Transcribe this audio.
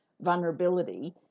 vulnerability